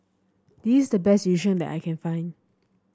this is the best Yu Sheng that I can find